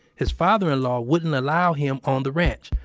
his father-in-law wouldn't allow him on the ranch.